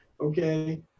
okay